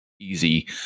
easy